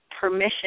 permission